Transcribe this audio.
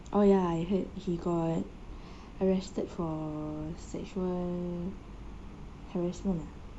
oh ya I heard he got arrested for sexual harassment ah